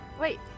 Wait